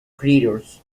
creatures